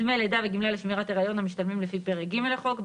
דמי לידה וגמלה לשמירת הריון המשתלמים לפי פרק ג' לחוק,